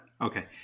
Okay